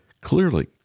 Clearly